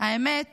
האמת